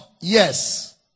Yes